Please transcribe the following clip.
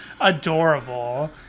adorable